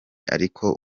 ariko